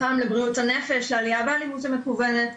פעם בבריאות הנפש, העלייה באלימות המקוונת.